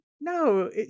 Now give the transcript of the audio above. no